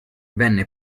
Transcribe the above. venne